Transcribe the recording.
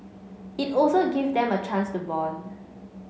it also gave them a chance to bond